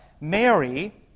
Mary